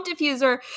diffuser